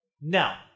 Now